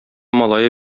малае